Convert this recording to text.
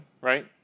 right